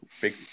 big